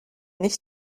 nicht